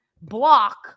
block